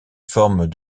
formes